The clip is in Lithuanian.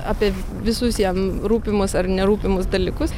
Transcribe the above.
apie visus jam rūpimus ar nerūpimus dalykus